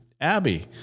Abby